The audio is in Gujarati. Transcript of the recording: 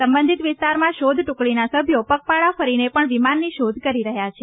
સંબંધીત વિસ્તારમાં શોધ ્ટકડીના સભ્યો પગપાળા ફરીને પજ્ઞ વિમાનની શોધ કરી રહ્યા છે